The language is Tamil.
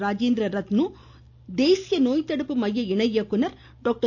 ராஜேந்திர ரத்னு தேசிய நோய்த்தடுப்பு மைய இணை இயக்குனர் டாக்டர்